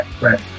right